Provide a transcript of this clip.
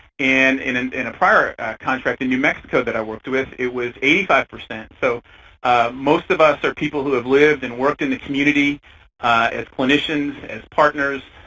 and in and in a prior contract in new mexico that i worked with it was eighty five. so most of us are people who have lived and worked in the community as clinicians, as partners,